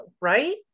right